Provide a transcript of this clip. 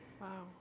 Wow